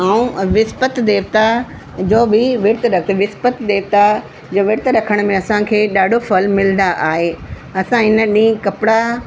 ऐं विस्पति देवता जो बि विर्तु रख विस्पति देवता जो विर्तु रखण में असांखे ॾाढो फल मिलंदो आह असां इन ॾींहुं कपिड़ा